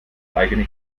eigene